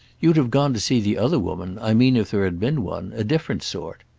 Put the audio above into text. you'd have gone to see the other woman. i mean if there had been one a different sort.